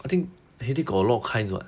I think headache got a lot of kinds [what]